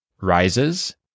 rises